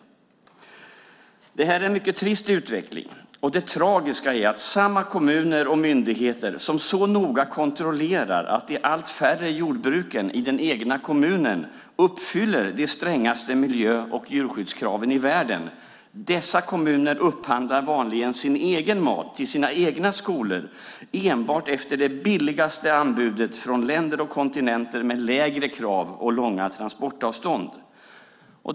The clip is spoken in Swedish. Det här är en mycket trist utveckling. Det tragiska är att samma kommuner och myndigheter som så noga kontrollerar att de allt färre jordbruken i den egna kommunen uppfyller de strängaste miljö och djurskyddskraven i världen vanligen upphandlar sin egen mat till sina egna skolor enbart efter det lägsta anbudet från länder och kontinenter med lägre krav och långa transportavstånd.